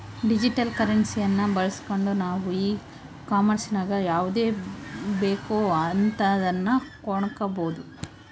digital ಕರೆನ್ಸಿಯನ್ನ ಬಳಸ್ಗಂಡು ನಾವು ಈ ಕಾಂಮೆರ್ಸಿನಗ ಯಾವುದು ಬೇಕೋ ಅಂತದನ್ನ ಕೊಂಡಕಬೊದು